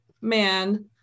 man